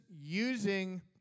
using